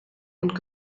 und